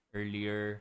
earlier